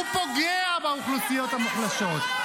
הוא פוגע באוכלוסיות המוחלשות.